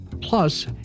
plus